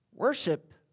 Worship